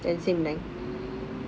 and same length